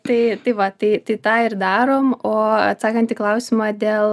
tai tai va tai tai tą ir darom o atsakant į klausimą dėl